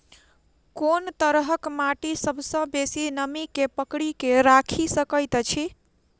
कोन तरहक माटि सबसँ बेसी नमी केँ पकड़ि केँ राखि सकैत अछि?